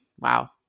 wow